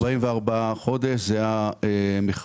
44 חודשים זה המכרז.